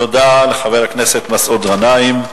תודה לחבר הכנסת מסעוד גנאים,